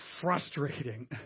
frustrating